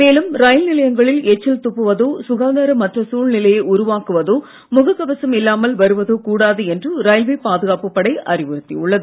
மேலும் ரயில் நிலையங்களில் எச்சில் துப்புவதோ சுகாதாரமற்ற சூழ்நிலையை உருவாக்குவேதா முகக் கவசம் இல்லாமல் வருவதோ கூடாது என்று ரயில்வே பாதுகாப்புப் படை அறிவுறுத்தி உள்ளது